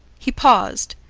he paused,